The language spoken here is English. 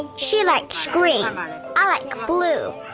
she likes green, i like blue.